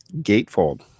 Gatefold